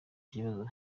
kibazo